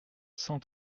cent